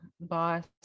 boss